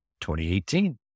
2018